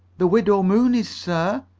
the widow mooney's, sir.